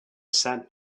sat